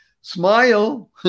SMILE